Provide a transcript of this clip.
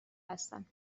هستند